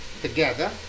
together